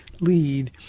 lead